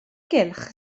cylch